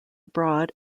abroad